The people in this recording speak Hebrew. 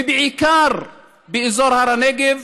ובעיקר באזור הר הנגב,